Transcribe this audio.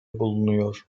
bulunuyor